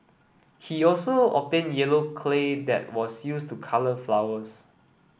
he also obtained yellow clay that was used to colour flowers